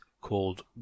called